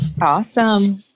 Awesome